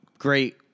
great